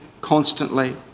constantly